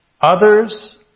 others